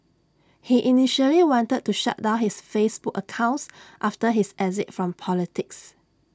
he initially wanted to shut down his Facebook accounts after his exit from politics